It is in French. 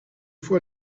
fois